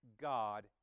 God